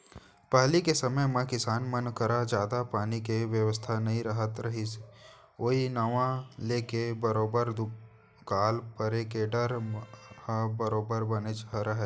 पहिली के समे म किसान मन करा जादा पानी के बेवस्था नइ रहत रहिस ओई नांव लेके बरोबर दुकाल परे के डर ह बरोबर बनेच रहय